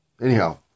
Anyhow